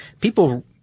People